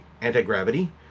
anti-gravity